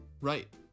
Right